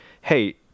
hey